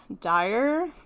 dire